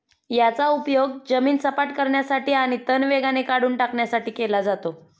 याचा उपयोग जमीन सपाट करण्यासाठी आणि तण वेगाने काढून टाकण्यासाठी केला जातो